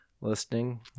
listening